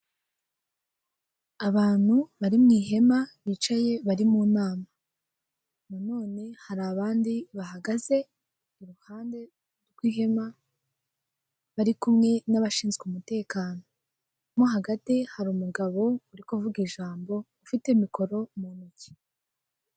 Abantu bari mu ihema bicaye bari mu nama, na none hari abandi bahagaze iruhande rw'ihema bari kumwe n'abashinzwe umutekano mo hagati hari umugabo uri kuvuga ijambo ufite mikoro mu ntoki.